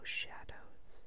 shadows